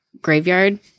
graveyard